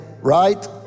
right